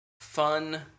fun